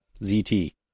ZT